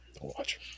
Watch